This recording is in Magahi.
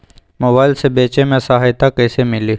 मोबाईल से बेचे में सहायता कईसे मिली?